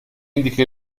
indica